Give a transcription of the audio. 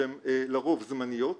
שהן לרוב זמניות,